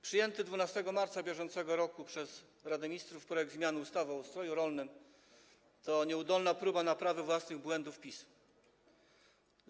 Przyjęty 12 marca br. przez Radę Ministrów projekt zmiany ustawy o ustroju rolnym to nieudolna próba naprawy własnych błędów PiS-u.